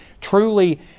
truly